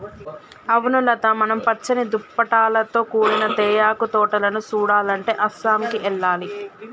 అవును లత మనం పచ్చని దుప్పటాలతో కూడిన తేయాకు తోటలను సుడాలంటే అస్సాంకి ఎల్లాలి